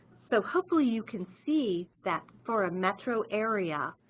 so hopefully you can see that for a metro area,